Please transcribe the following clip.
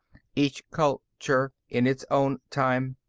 each culture in its own time.